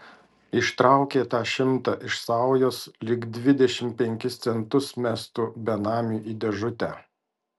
ištraukė tą šimtą iš saujos lyg dvidešimt penkis centus mestų benamiui į dėžutę